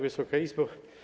Wysoka Izbo!